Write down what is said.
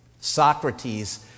Socrates